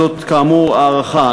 זאת, כאמור, הערכה.